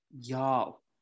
Y'all